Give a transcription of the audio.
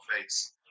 face